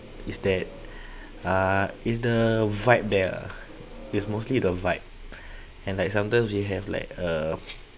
is that ah is the vibe there lah is mostly the vibe and like sometimes you have like a